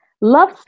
Love